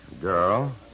Girl